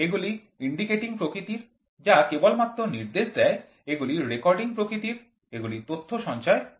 এগুলি ইন্ডিকেটিং প্রকৃতির যা কেবলমাত্র নির্দেশ দেয় এগুলি রেকর্ডিং প্রকৃতির এগুলি তথ্য সঞ্চয় করে